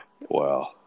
Wow